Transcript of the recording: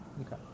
Okay